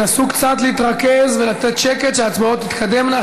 תנסו קצת להתרכז ולתת שקט כדי שההצבעות תתקדמנה,